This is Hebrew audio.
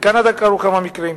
בקנדה קרו כמה מקרים.